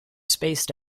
spaced